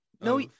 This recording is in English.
No